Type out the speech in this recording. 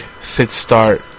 sit-start